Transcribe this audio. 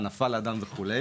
נפל אדם וכולי